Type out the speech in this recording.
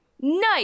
Nice